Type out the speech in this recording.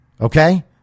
Okay